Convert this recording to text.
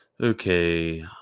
okay